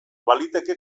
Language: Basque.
baliteke